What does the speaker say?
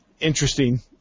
interesting